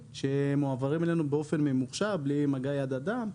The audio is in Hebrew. שמועברים אלינו באופן ממוחשב בלי מגע יד אדם,